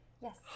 Yes